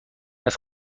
است